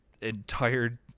entire